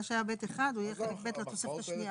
מה שהיה ב'1, הוא יהיה חלק ב' לתוספת השנייה.